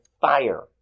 fire